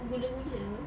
gula-gula [pe]